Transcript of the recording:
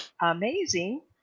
Amazing